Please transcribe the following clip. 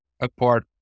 Apart